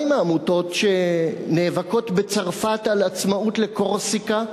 מה עם העמותות שנאבקות בצרפת על עצמאות לקורסיקה,